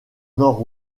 nord